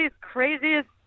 craziest